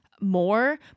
more